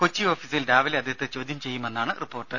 കൊച്ചി ഓഫീസിൽ രാവിലെ അദ്ദേഹത്തെ ചോദ്യം ചെയ്യുമെന്നാണ് റിപ്പോർട്ട്